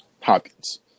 Hopkins